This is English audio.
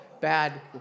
bad